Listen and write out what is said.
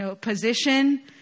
position